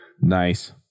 Nice